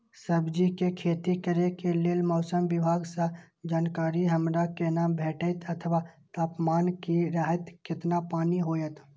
सब्जीके खेती करे के लेल मौसम विभाग सँ जानकारी हमरा केना भेटैत अथवा तापमान की रहैत केतना पानी होयत?